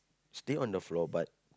stay on the floor but